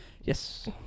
Yes